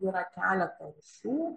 yra keleta rūšių